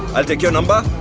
i'll take your number.